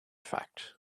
fact